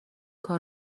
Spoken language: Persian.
کار